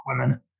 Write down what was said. women